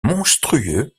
monstrueux